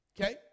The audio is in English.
Okay